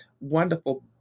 Wonderful